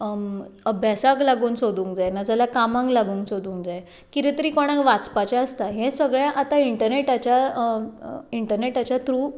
अभ्यासाक लागून सोदूं जाया नाजाल्यार कामांक लागून सोदूं जाय कितें तरी कोणांक वाचपाचें आसता हें सगळें आतां इंटनेटाच्या इंटनेटाच्या थ्रू